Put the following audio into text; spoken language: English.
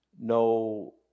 no